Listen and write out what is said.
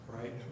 right